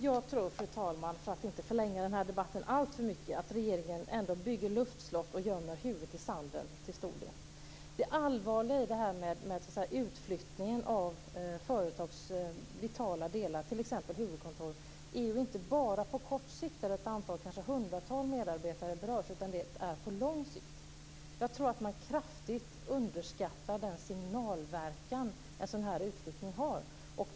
Fru talman! Jag tror att regeringen ändå bygger luftslott och gömmer huvudet i sanden. Det allvarliga med utflyttningen av företags vitala delar, t.ex. huvudkontor, är att det inte bara är på kort sikt eller att bara ett hundratal medarbetare berörs utan på lång sikt. Jag tror att man kraftigt underskattar den signalverkan som en sådan utflyttning har.